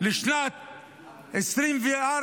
לשנים 2024,